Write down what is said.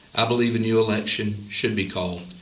i believe a new election should be called.